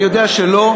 אני יודע שלא,